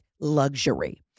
luxury